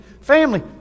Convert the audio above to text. family